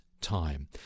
time